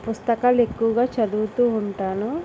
పుస్తకాలు ఎక్కువగా చదువుతు ఉంటాను